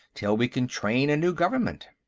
till we can train a new government.